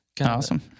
Awesome